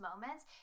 moments